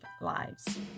lives